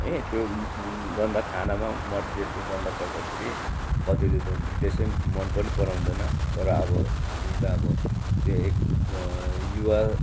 है त्यो गन्ध खानामा मट्टीतेलको गन्ध पर्दाखेरि कत्तिले त त्यसै पनि मन पनि पराउँदैन तर अब हामी त अब त्यो एक युवा